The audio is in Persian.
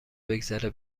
بگذره